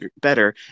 better